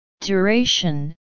duration